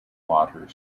water